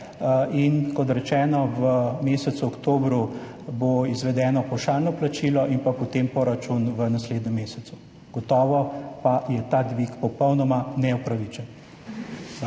In kot rečeno, v mesecu oktobru bo izvedeno pavšalno plačilo in pa potem poračun v naslednjem mesecu. Gotovo pa je ta dvig popolnoma neupravičen.